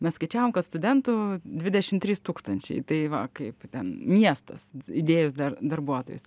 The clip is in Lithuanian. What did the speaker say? mes skaičiavom kad studentų dvidešim trys tūkstančiai tai va kaip ten miestas įdėjus dar darbuotojus